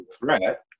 threat